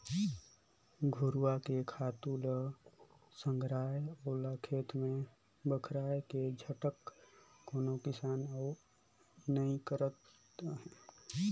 घुरूवा के खातू ल संघराय ओला खेत में बगराय के झंझट कोनो किसान नइ करत अंहे